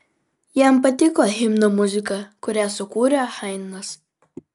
jam patiko himno muzika kurią sukūrė haidnas